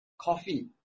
coffee